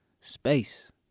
space